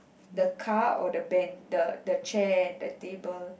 the car or the ben~ the chair the table